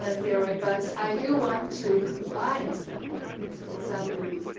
ah theory but i do want to combined some some